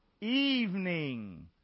Evening